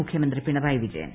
മുഖ്യമന്ത്രി പിണറായി വിജീയൻ